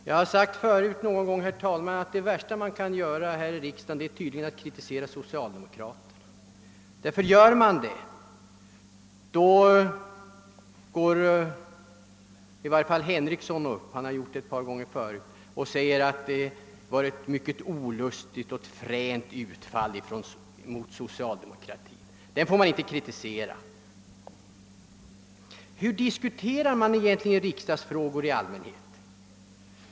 Jag har förut någon gång sagt, herr talman, att det värsta man kan göra här i riksdagen är att kritisera socialdemokraterna. Gör man det, står i varje fall herr Henrikson upp — han har gjort det ett par gånger tidigare — och påstår, att det var ett mycket olustigt och fränt utfall mot socialdemokratin. Man får tydligen inte kritisera regeringspartiet. Hur diskuterar vi egentligen frågor här i riksdagen?